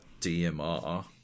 DMR